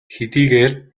хэдийгээр